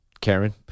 Karen